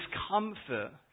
discomfort